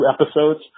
episodes